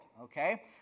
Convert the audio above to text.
okay